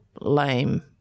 lame